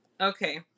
Okay